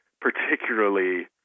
particularly